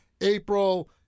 April